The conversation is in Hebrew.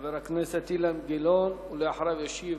חבר הכנסת אילן גילאון, ואחריו ישיב